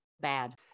Bad